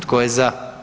Tko je za?